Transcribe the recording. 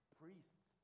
priests